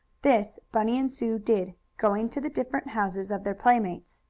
this bunny and sue did, going to the different houses of their playmates.